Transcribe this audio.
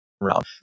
round